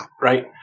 Right